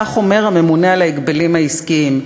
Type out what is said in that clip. כך אומר הממונה על ההגבלים העסקיים.